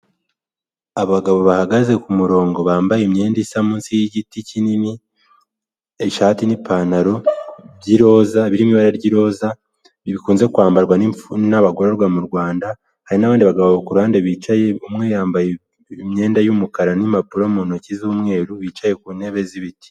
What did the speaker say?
Abagabo bahagaze k'umurongo bambaye imyenda isa munsi y'igiti kinini ,ishati n'ipantaro by'iroza birimo ibara ry'iroza bikunze kwambarwa n'abagororwa mu Rwanda hari abandi bagabo bakora bicaye, umwe yambaye imyenda y'umukara n'impapuro mu ntoki z'umweru bicaye ku ntebe z'ibiti.